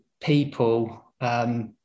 people